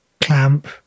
clamp